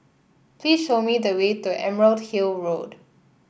please show me the way to Emerald Hill Road